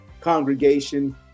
congregation